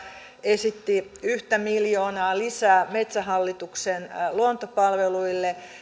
esitti yhtä miljoonaa lisää metsähallituksen luontopalveluille